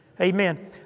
Amen